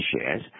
shares